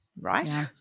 right